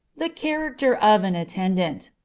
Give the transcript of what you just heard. the character of an attendant.